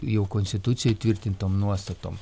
jau konstitucijoj įtvirtintom nuostatom